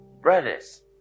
brothers